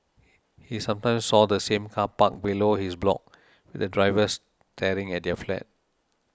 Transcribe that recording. he sometimes saw the same car parked below his block with the driver staring at their flat